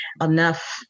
enough